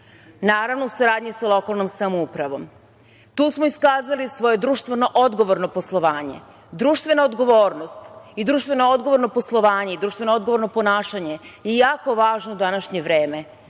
Naravno, u saradnji sa lokalnom samoupravom. Tu smo iskazali svoje društveno odgovorno poslovanje. Društvena odgovornost i društveno odgovorno poslovanje i društveno odgovorno ponašanje je jako važno u današnje vreme,